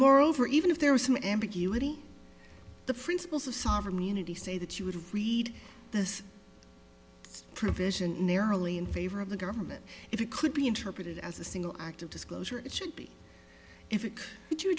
moreover even if there was some ambiguity the principles of sovereign immunity say that you would have read this provision narrowly in favor of the government if it could be interpreted as a single act of disclosure it should be if it would you